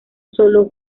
solo